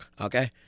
okay